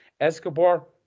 Escobar